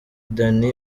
danny